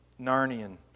Narnian